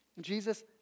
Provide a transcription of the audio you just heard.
Jesus